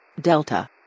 Delta